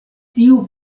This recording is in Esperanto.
tiu